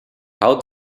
hout